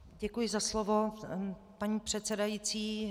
Děkuji za slovo, paní předsedající.